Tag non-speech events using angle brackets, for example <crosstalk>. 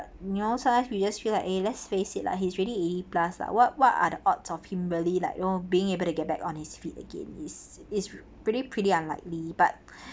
you know sometimes we just feel like eh let's face it lah he's already eighty plus lah what what are the odds of him really like you know being able to get back on his feet again is is pretty pretty unlikely but <breath>